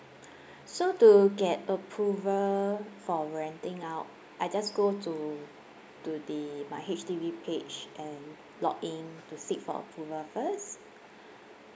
so to get approval for renting out I just go to to the my H_D_B page and log in to seek for approval first